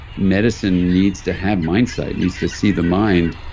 medicine needs to have mindsight, needs to see the mind,